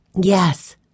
Yes